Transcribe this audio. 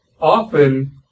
Often